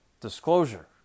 disclosure